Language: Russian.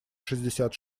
шестьдесят